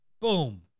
Boom